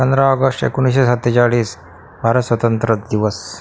पंधरा ऑगस्ट एकोणीसशे सत्तेचाळीस भारत स्वतंत्र दिवस